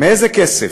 מאיזה כסף?